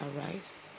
arise